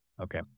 Okay